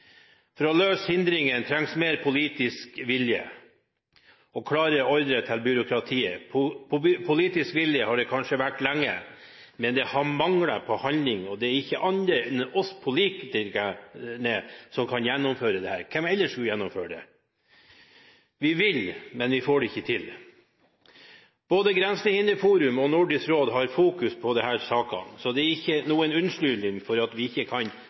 For å løse hindringene trengs mer politisk vilje og klare ordrer til byråkratiet. Politisk vilje har det kanskje vært lenge, men det har manglet handling, og det er ikke andre enn oss politikere som kan gjennomføre dette. Hvem ellers skal gjennomføre det? Vi vil, men vi får det ikke til. Både Grensehinderforum og Nordisk Råd har fokus på disse sakene, så det er ingen unnskyldning at vi ikke kan